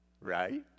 right